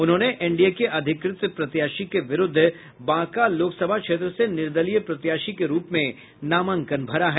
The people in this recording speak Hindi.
उन्होंने एनडीए के अधिकृत प्रत्याशी के विरूद्ध बांका लोकसभा क्षेत्र से निर्दलीय प्रत्याशी के रूप में नामांकन भरा है